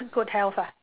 good health ah